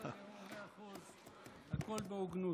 בסדר גמור, מאה אחוז, הכול בהוגנות.